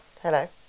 Hello